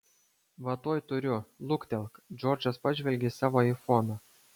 va tuoj turiu luktelk džordžas pažvelgė į savo aifoną